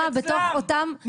בתוך אותם עולמות -- מה הוא רוצה,